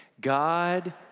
God